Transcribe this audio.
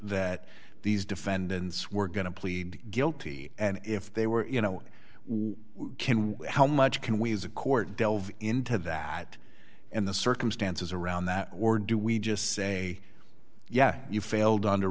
that these defendants were going to plead guilty and if they were you know we can we how much can we as a court delve into that and the circumstances around that were do we just say yeah you failed